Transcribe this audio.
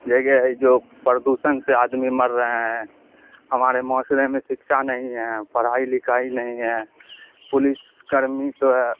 جو پردوشن سے آدمی مر رہے ہیں ہمارے معاشرے میں سکچھا نہیں ہیں پڑھائی لکھائی نہیں ہیں پولیس کرمی تو